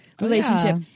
relationship